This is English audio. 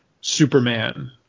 Superman